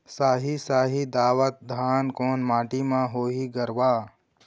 साही शाही दावत धान कोन माटी म होही गरवा?